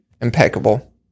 Impeccable